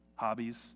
hobbies